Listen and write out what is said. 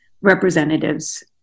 representatives